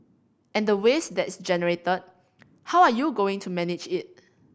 and the waste that's generated how are you going to manage it